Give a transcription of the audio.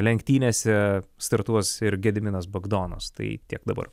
lenktynėse startuos ir gediminas bagdonas tai tiek dabar